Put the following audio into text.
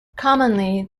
commonly